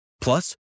Plus